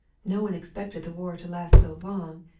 no one expected the war to last so long,